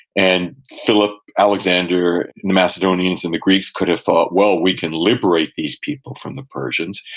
and philip, alexander, the macedonians and the greeks could have thought, well, we can liberate these people from the persians.